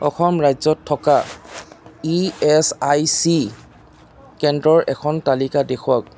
অসম ৰাজ্যত থকা E S I C কেন্দ্ৰৰ এখন তালিকা দেখুৱাওক